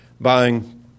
buying